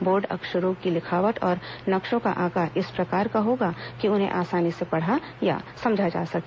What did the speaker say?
board अक्षरों की लिखावट और नक्शों का आकार इस प्रकार का होगा कि उन्हें आसानी से पढ़ा या समझा जा सके